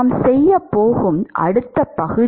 நாம் செய்யப் போகும் அடுத்த பகுதி